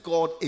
God